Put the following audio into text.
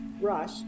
rush